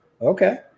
Okay